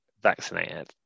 vaccinated